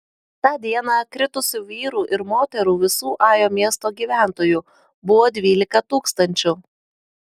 tą dieną kritusių vyrų ir moterų visų ajo miesto gyventojų buvo dvylika tūkstančių